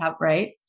Right